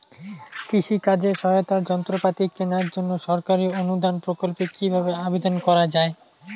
কৃষি কাজে সহায়তার যন্ত্রপাতি কেনার জন্য সরকারি অনুদান প্রকল্পে কীভাবে আবেদন করা য়ায়?